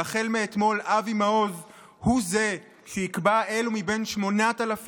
והחל מאתמול אבי מעוז הוא זה שיקבע אילו מבין 8,000